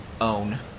own